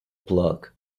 plug